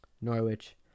Norwich